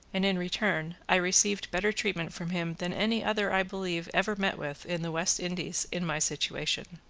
and in return i received better treatment from him than any other i believe ever met with in the west indies in my situation.